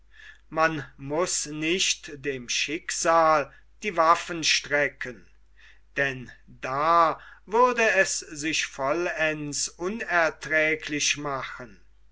man muß nicht dem schicksal die waffen strecken denn da würde es sich vollends unerträglich machen